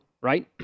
right